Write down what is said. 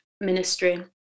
ministry